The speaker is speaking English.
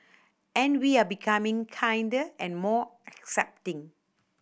and we are becoming kinder and more accepting